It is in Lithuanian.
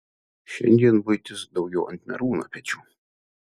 šiandien buitis daugiau ant merūno pečių